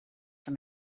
from